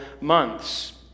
months